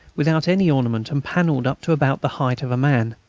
without any ornament, and panelled up to about the height of a man.